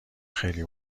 خیلی